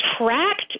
tracked